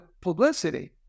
publicity